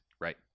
Right